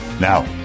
Now